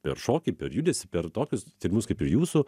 per šokį per judesį per tokius tyrimus kaip ir jūsų